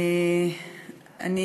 תודה רבה,